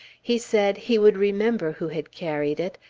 he said he would remember who had carried it,